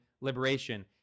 liberation